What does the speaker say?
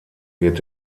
wird